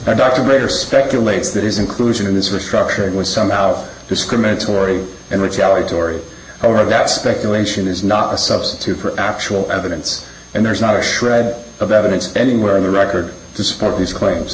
doctor greater speculates that his inclusion in this restructuring was somehow discriminatory and retaliatory or that speculation is not a substitute for actual evidence and there's not a shred of evidence anywhere in the record to support these claims